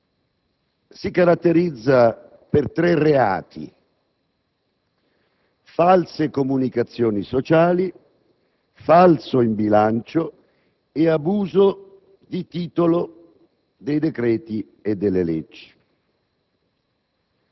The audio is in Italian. si caratterizzano per tre reati: false comunicazioni sociali, falso in bilancio e abuso di titolo dei decreti e delle leggi.